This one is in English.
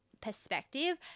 Perspective